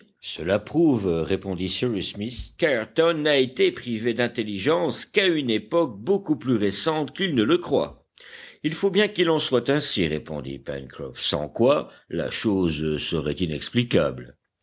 cela prouve répondit cyrus smith qu'ayrton n'a été privé d'intelligence qu'à une époque beaucoup plus récente qu'il ne le croit il faut bien qu'il en soit ainsi répondit pencroff sans quoi la chose serait inexplicable